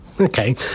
Okay